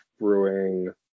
brewing